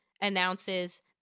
announces